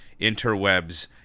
interwebs